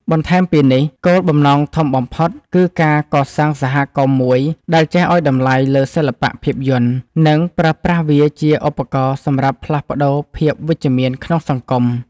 បន្ថែមពីនេះ គោលបំណងធំបំផុតគឺការកសាងសហគមន៍មួយដែលចេះឱ្យតម្លៃលើសិល្បៈភាពយន្ត និងប្រើប្រាស់វាជាឧបករណ៍សម្រាប់ផ្លាស់ប្តូរភាពវិជ្ជមានក្នុងសង្គម។